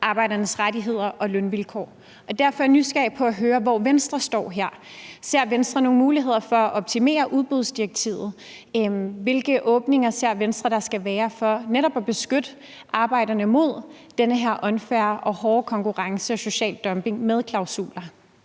arbejdernes rettigheder og lønvilkår. Derfor er jeg nysgerrig efter at høre, hvor Venstre står her. Ser Venstre nogle muligheder for at optimere udbudsdirektivet? Hvilke åbninger ser Venstre der skal være for netop at beskytte arbejderne mod den her unfair og hårde konkurrence og social dumping med klausuler?